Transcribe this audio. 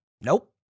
nope